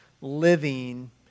living